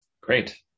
Great